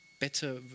better